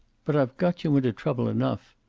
but i've got you into trouble enough.